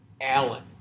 Allen